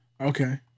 Okay